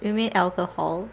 you mean alcohol